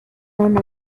one